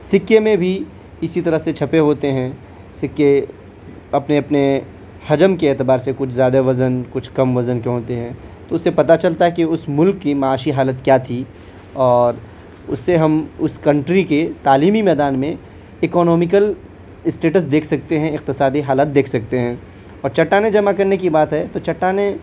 سکّے میں بھی اسی طرح سے چھپے ہوتے ہیں سکے اپنے اپنے حجم کے اعتبار سے کچھ زیادہ وزن کچھ کم وزن کے ہوتے ہیں تو ان سے پتہ چلتا ہے کہ اس ملک کی معاشی حالت کیا تھی اور اسے ہم اس کنٹری کے تعلیمی میدان میں اکنومکل اسٹیٹس دیکھ سکتے ہیں اقتصادی حالت دیکھ سکتے ہیں اور چٹانیں جمع کرنی کی بات ہے تو چٹانیں